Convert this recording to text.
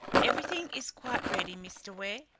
everything is quite ready, mr. ware,